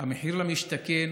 המחיר למשתכן,